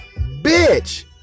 bitch